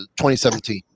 2017